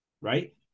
right